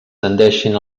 tendeixin